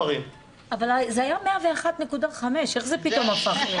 אבל זה היה 101.5%, איך זה פתאום הפך?